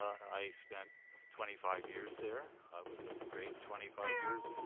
i spent twenty five years there. it was a great twenty five years.